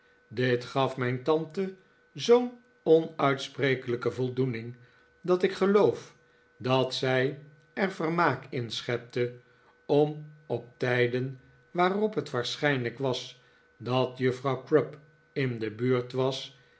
dit gaf mijn tante zoo'n onuitsprekelijke voldoening dat ik geloof dat zij er vermaak in schepte om op tijden waarop het waarschijnlijk was dat juffrouw crupp in de buurt was